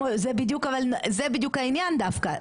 זה בדיוק העניין דווקא,